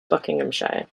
buckinghamshire